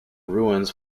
ruins